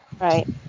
Right